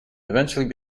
eventually